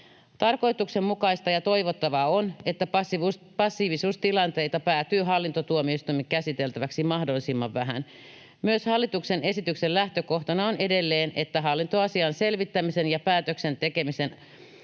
Tarkoituksenmukaista ja toivottavaa on, että passiivisuustilanteita päätyy hallintotuomioistuimen käsiteltäväksi mahdollisimman vähän. Myös hallituksen esityksen lähtökohtana on edelleen, että hallintoasian selvittäminen ja päätöksen tekeminen